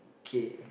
K